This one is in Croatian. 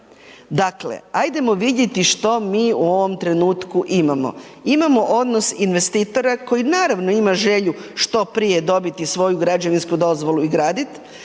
dakle, ajdemo vidjeti što mi u ovom trenutku imamo. Imamo odnos investitora koji naravno ima želju što prije dobiti svoju građevinsku dozvolu i gradit,